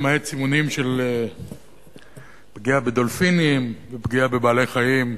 למעט סימונים של פגיעה בדולפינים ופגיעה בבעלי-חיים אחרים,